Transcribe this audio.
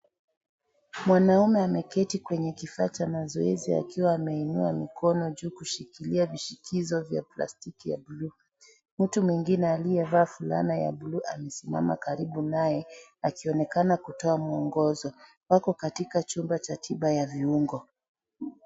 Mwanaume ameketi kwenye kifaa cha mazoezi akiwa ameinua mikono juu kushikilia vishikizo vya plastiki ya buluu, mtu mwingine aliyevaa fulana ya buluu amesimama karibu naye akionekana kutoa mwongozo, wako katika chumba cha tiba ya viungo.